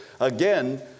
again